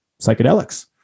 psychedelics